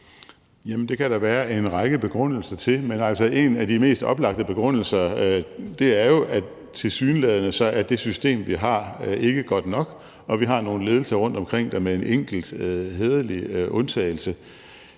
Jamen det kan der være en række begrundelser for. Men altså, en af de mest oplagte begrundelser er jo, at det system, vi har, tilsyneladende ikke er godt nok, og at vi har nogle ledelser rundtomkring, der med en enkelt hæderlig undtagelse